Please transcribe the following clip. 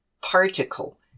particle